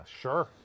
Sure